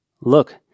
Look